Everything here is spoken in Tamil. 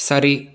சரி